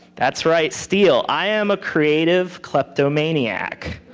that's right. steal. i am a creative kleptomaniac.